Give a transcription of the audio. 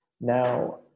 Now